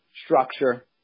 structure